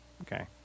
Okay